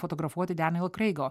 fotografuoti deniel kreigo